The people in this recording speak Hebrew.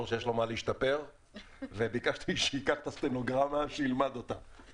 שיש לו במה להשתפר וביקשתי שייקח את הפרוטוקול וילמד אותו.